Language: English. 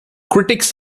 critics